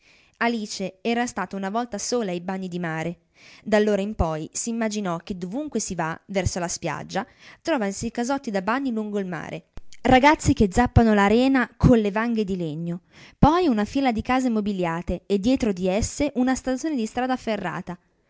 alice era stata una volta sola ai bagni di mare d'allora in poi s'imaginò che dovunque si va verso la spiaggia trovansi casotti da bagni lungo il mare ragazzi che zappano l'arena con le vanghe di legno poi una fila di case mobiliate e dietro ad esse una stazione di strada ferrata